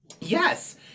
Yes